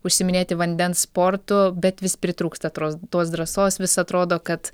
užsiiminėti vandens sportu bet vis pritrūksta tros tos drąsos vis atrodo kad